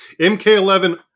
MK11